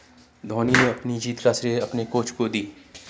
धोनी ने अपनी जीत का श्रेय अपने कोच को दी